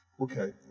Okay